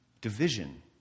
division